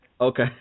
Okay